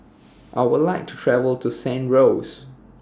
I Would like to travel to San Rose